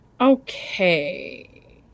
Okay